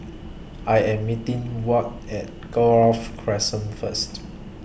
I Am meeting Wyatt At Grove Crescent First